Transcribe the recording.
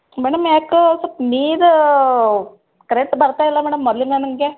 madam ಯಾಕೋ ಸೊಲ್ಪ್ ನೀರು ಕರೆಕ್ಟ್ ಬರ್ತಾ ಇಲ್ಲ ಮೇಡಮ್ ಮೊದ್ಲಿನಂಗೆ